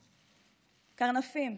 קרנפים.